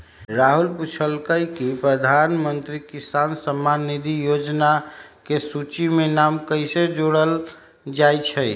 राहुल पूछलकई कि प्रधानमंत्री किसान सम्मान निधि योजना के सूची में नाम कईसे जोरल जाई छई